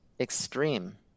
Extreme